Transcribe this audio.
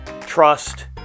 trust